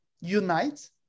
unite